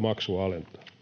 maksua alentaa.